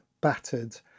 battered